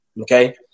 okay